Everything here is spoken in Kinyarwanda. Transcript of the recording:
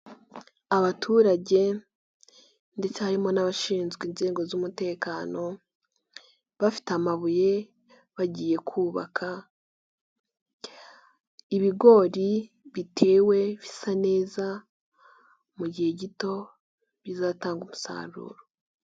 Abaturage ndetse harimo n'abashinzwe inzego z'umutekano bafite amabuye bagiye kubaka, ibigori bitewe bisa neza mu gihe gito bizatanga umusaruro.